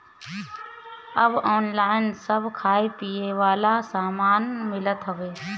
अब ऑनलाइन सब खाए पिए वाला सामान मिलत हवे